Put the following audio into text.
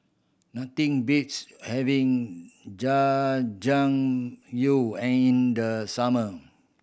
nothing beats having Jajangmyeon and in the summer